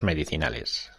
medicinales